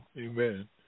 Amen